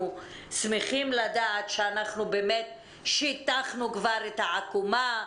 שמחים לדעת שאנחנו שיטחנו כבר את העקומה,